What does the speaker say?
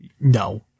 No